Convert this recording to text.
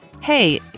Hey